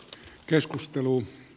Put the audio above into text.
keskustelu